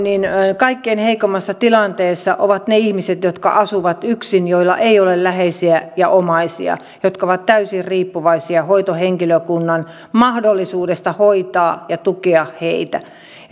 niin kaikkein heikoimmassa tilanteessa ovat ne ihmiset jotka asuvat yksin joilla ei ole läheisiä ja omaisia ja jotka ovat täysin riippuvaisia hoitohenkilökunnan mahdollisuudesta hoitaa ja tukea heitä